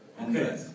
Okay